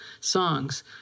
songs